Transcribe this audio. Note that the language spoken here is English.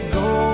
go